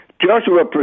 Joshua